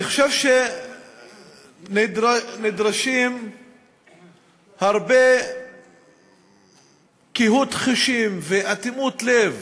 אני חושב שנדרשות ממש קהות חושים ואטימות לב